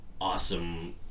awesome